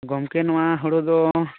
ᱜᱚᱝᱠᱮ ᱱᱚᱣᱟ ᱦᱩᱲᱩ ᱫᱚ